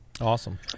Awesome